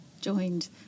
joined